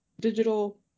digital